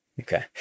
Okay